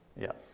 yes